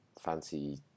fancy